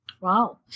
Wow